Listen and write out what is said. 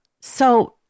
so-